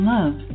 Love